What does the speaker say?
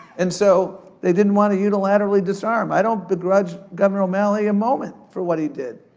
and so, they didn't wanna unilaterally disarm. i don't begrudge governor o'malley a moment for what he did.